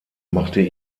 machte